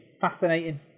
fascinating